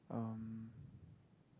um